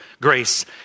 grace